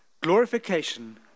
glorification